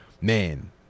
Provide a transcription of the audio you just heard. Man